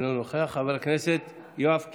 איננו נוכח, חבר הכנסת סגן השר יואב קיש,